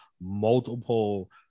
multiple